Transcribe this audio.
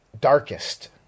darkest